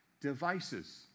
Devices